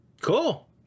Cool